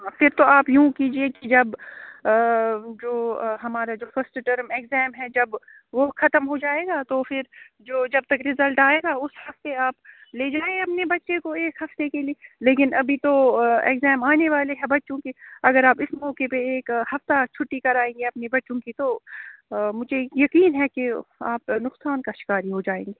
پھر تو آپ یوں کیجیئے کہ جب جو ہمارے جو فرسٹ سیٹر میں اگزام ہے جب وہ ختم ہو جائے گا تو پھر جو جب تک ریزلٹ آئے گا اس ہفتے آپ لے جائیں اپنے بچے کو ایک ہفتے کے لیے لیکن ابھی تو اگزام آنے والے ہیں بچوں کے اگر آپ اس موقع پہ ایک ہفتہ چھٹی کرائیں گے اپنے بچوں کی تو مجھے یقین ہے کہ آپ نقصان کا شکار ہی ہو جائیں گے